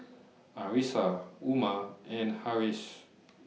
Arissa Umar and Harris